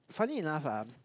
funny enough ah